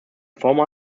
former